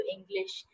English